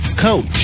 coach